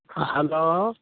hello